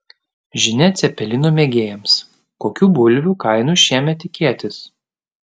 žinia cepelinų mėgėjams kokių bulvių kainų šiemet tikėtis